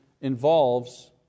involves